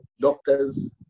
doctors